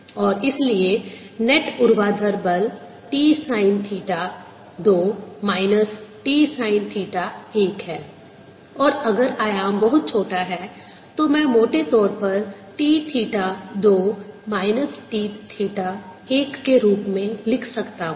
और इसलिए नेट ऊर्ध्वाधर बल T sine theta 2 minus T sine theta 1 है और अगर आयाम बहुत छोटा है तो मैं मोटे तौर पर T theta 2 minus T theta 1 के रूप में लिख सकता हूं